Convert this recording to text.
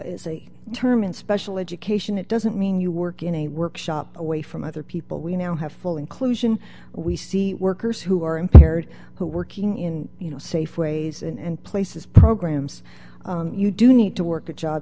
is a term in special education it doesn't mean you work in a workshop away from other people we now have full inclusion we see workers who are impaired who working in you know safe ways and places programs you do need to work a job